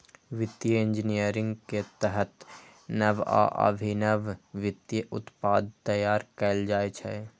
वित्तीय इंजीनियरिंग के तहत नव आ अभिनव वित्तीय उत्पाद तैयार कैल जाइ छै